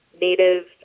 Native